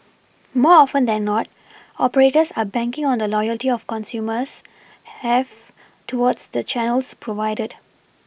more often than not operators are banking on the loyalty of consumers have towards the Channels provided